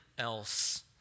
else